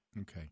Okay